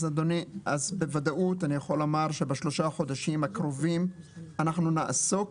אז בוודאות אני יכול לומר שבשלושה חודשים הקרובים אנחנו נעסוק